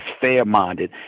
fair-minded